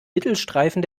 mittelstreifen